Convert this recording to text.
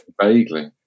vaguely